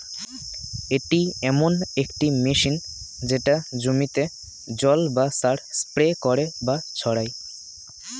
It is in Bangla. এটি এমন একটি মেশিন যেটা জমিতে জল বা সার স্প্রে করে বা ছড়ায়